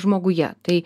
žmoguje tai